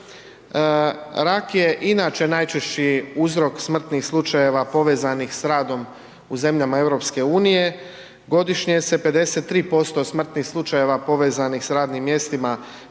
Rak je inače najčešći uzrok smrtnih slučajeva povezanih s radom u zemljama EU, godišnje se 53% smrtnih slučajeva povezanih s radnim mjestima